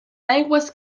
aigües